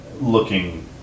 looking